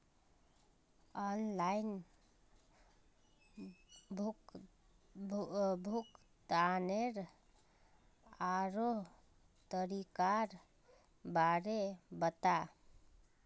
online भुग्तानेर आरोह तरीकार बारे बता